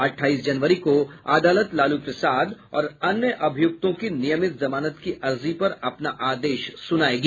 अठाईस जनवरी को अदालत लालू प्रसाद और अन्य अभियुक्तों की नियमित जमानत की अर्जी पर अपना आदेश सुनाएगी